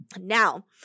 Now